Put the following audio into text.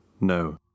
No